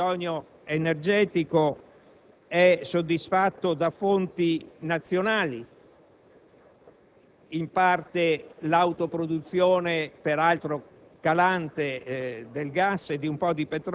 Non c'è dubbio che un mercato ben funzionante porterà vantaggi crescenti per i consumatori; tuttavia, non possiamo trascurare un fatto che riguarda